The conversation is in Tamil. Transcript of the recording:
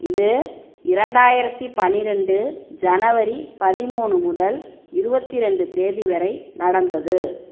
இது இரண்டாயிரத்தி பனிரெண்டு ஜனவரி பதிமூணு முதல் இருபத்தி ரெண்டு தேதி வரை நடந்தது